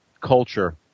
culture